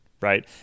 right